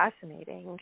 fascinating